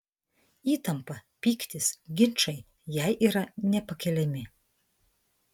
įtampa pyktis ginčai jai yra nepakeliami